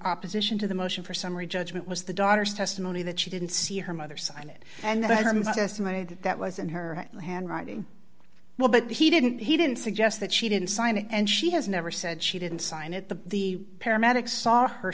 opposition to the motion for summary judgment was the daughter's testimony that she didn't see her mother sign it and that items estimated that that was in her handwriting well but he didn't he didn't suggest that she didn't sign it and she has never said she didn't sign it the the paramedics saw her